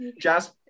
jazz